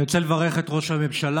אני רוצה לברך את ראש הממשלה,